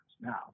now